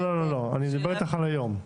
אני מדבר על היום.